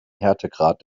härtegrad